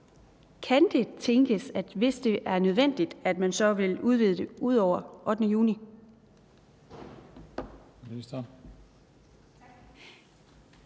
kan det tænkes, at hvis det er nødvendigt, vil man udvide det ud over den 8. juni.